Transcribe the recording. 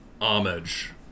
Homage